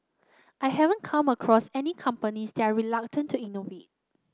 I haven't come across any companies that are reluctant to innovate